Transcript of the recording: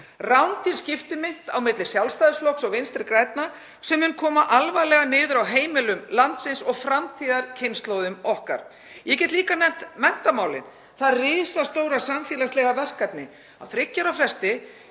rándýr skiptimynt á milli Sjálfstæðisflokks og Vinstri grænna sem mun koma alvarlega niður á heimilum landsins og framtíðarkynslóðum okkar. Ég get líka nefnt menntamálin, það risastóra samfélagslega verkefni. Á þriggja ára fresti